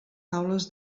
taules